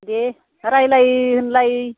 दे रायज्लाय होनलाय